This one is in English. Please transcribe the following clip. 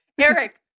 Eric